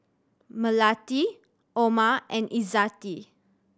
Melati Omar and Izzati